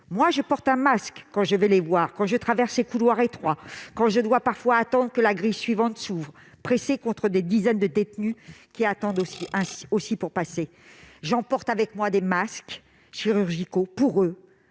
« Je porte un masque quand je vais les voir, quand je traverse ces couloirs étroits, quand je dois parfois attendre que la grille suivante s'ouvre, pressée contre des dizaines de détenus qui attendent aussi pour passer. J'emporte avec moi des masques chirurgicaux pour eux,